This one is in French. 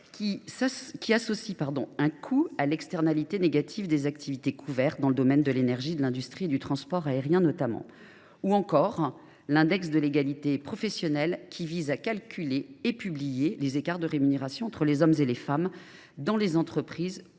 qui associe un coût à l’externalité négative des activités couvertes, notamment dans le domaine de l’énergie, de l’industrie et du transport aérien. De même, l’indice de l’égalité professionnelle vise à calculer et à publier les écarts de rémunération entre les hommes et les femmes dans les entreprises, afin de